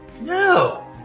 No